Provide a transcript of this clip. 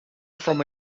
from